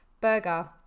burger